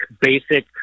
basic